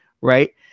right